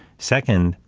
second,